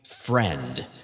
friend